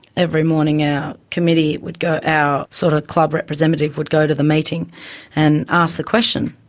every morning our committee would go out sort of club representative would go to the meeting and ask the question,